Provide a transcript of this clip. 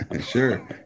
Sure